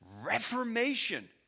reformation